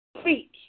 speak